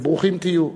וברוכים תהיו.